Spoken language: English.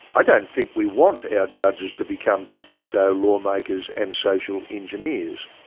i don't think we want our judges to become de facto lawmakers and social engineers.